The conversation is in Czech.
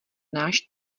náš